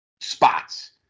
Spots